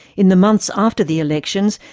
in the months after the elections,